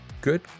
good